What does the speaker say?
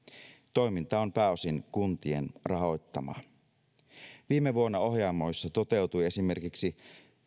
toiminta on pääosin kuntien rahoittamaa viime vuonna ohjaamoissa toteutui esimerkiksi